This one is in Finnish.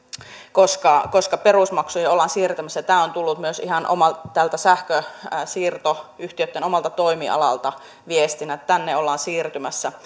koska koska perusmaksuja ollaan siirtämässä tämä on tullut myös ihan sähkönsiirtoyhtiöitten omalta toimialalta viestinä että tähän ollaan siirtymässä